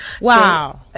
Wow